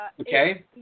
Okay